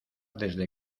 desde